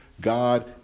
God